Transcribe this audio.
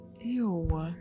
ew